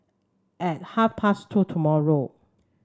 at half past two tomorrow